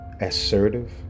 assertive